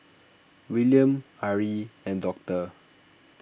Willaim Ari and Doctor